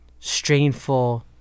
strainful